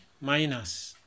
minus